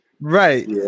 Right